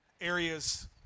areas